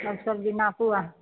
सब सब्जी नापू अहाँ